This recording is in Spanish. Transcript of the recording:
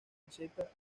meseta